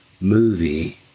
movie